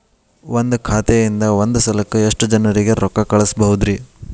ಒಂದ್ ಖಾತೆಯಿಂದ, ಒಂದ್ ಸಲಕ್ಕ ಎಷ್ಟ ಜನರಿಗೆ ರೊಕ್ಕ ಕಳಸಬಹುದ್ರಿ?